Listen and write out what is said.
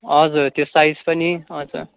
हजुर त्यो साइज पनि हजुर